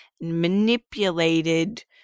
manipulated